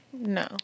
No